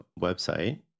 website